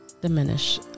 diminish